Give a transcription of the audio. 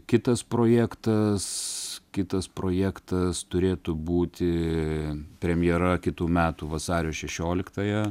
kitas projektas kitas projektas turėtų būti premjera kitų metų vasario šešioliktąją